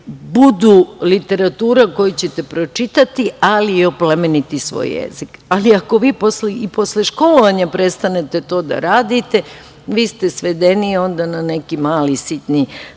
budu literatura koju ćete pročitati, ali i oplemeniti svoj jezik. Ali, ako vi posle školovanja prestanete to da radite, vi ste svedeni onda na neki mali sitni